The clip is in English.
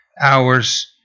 hours